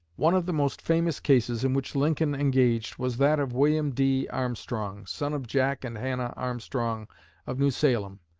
one of the most famous cases in which lincoln engaged was that of william d. armstrong son of jack and hannah armstrong of new salem,